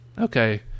Okay